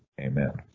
amen